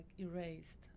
erased